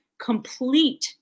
complete